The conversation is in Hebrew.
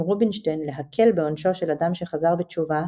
רובינשטיין להקל בעונשו של אדם שחזר בתשובה,